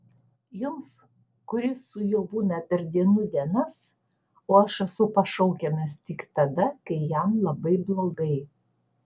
jums kuris su juo būna per dienų dienas o aš esu pašaukiamas tik tada kai jam labai blogai